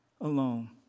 alone